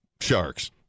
sharks